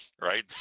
Right